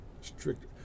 strict